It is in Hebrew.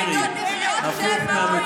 אבל אני מקווה שלפחות עכשיו אתה יודע מה